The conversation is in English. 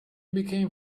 became